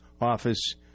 office